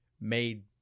made